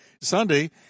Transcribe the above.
Sunday